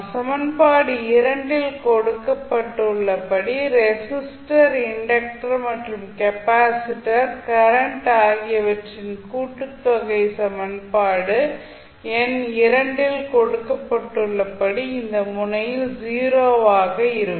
சமன்பாடு இல் கொடுக்கப்பட்டுள்ள படி ரெசிஸ்டர் இண்டக்டர் மற்றும் கெபாசிட்டர் கரண்ட் ஆகியவற்றின் கூட்டுத்தொகை சமன்பாடு எண் ல் கொடுக்கப்பட்டுள்ள படி இந்த முனையில் 0 ஆக இருக்கும்